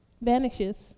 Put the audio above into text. vanishes